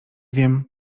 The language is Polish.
wiem